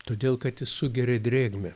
todėl kad jis sugeria drėgmę